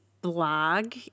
blog